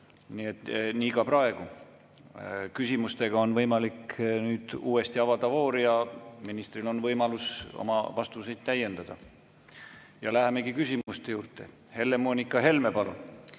Nii ka praegu. Küsimustega on võimalik nüüd voor uuesti avada ja ministril on võimalus oma vastuseid täiendada. Lähemegi küsimuste juurde. Helle-Moonika Helme, palun!